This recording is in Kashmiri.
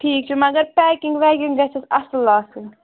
ٹھیٖک چھُ مگر پیکِنٛگ ویکِنٛگ گژھِ اَصٕل آسٕنۍ